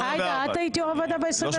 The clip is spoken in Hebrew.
עאידה, את היית יו"ר הוועדה ב-24?